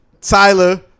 Tyler